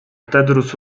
تدرس